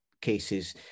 cases